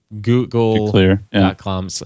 Google.com